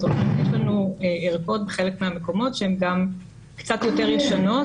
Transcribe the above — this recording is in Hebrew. זאת אומרת שיש לנו ערכות בחלק מהמקומות שהן גם קצת יותר ישנות